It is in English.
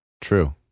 True